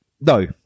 No